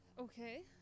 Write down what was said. Okay